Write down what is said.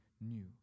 new